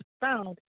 found